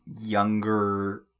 younger